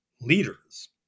leaders